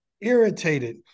irritated